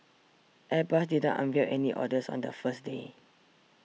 airbus didn't unveil any orders on the first day